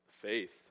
faith